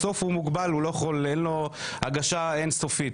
בסוף הוא מוגבל, אין לו הגשה אין סופית.